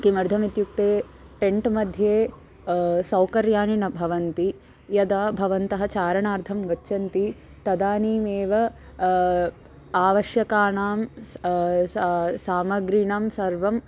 किमर्थम् इत्युक्ते टेण्ट्मध्ये सौकर्याणि न भवन्ति यदा भवन्तः चारणार्थं गच्छन्ति तदानीमेव आवश्यकानां सामग्रीणां सर्वम्